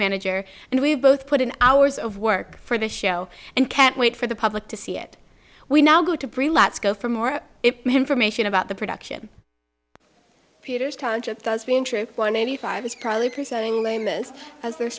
manager and we've both put in hours of work for the show and can't wait for the public to see it we now go to breanne let's go for more information about the production peters township does being true one eighty five is probably presenting lamest as their